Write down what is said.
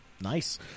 nice